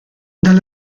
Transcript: dal